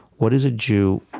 what is a jew?